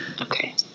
Okay